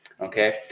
Okay